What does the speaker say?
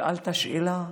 שאלת שאלה,